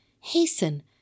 Hasten